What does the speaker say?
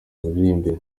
miririmbire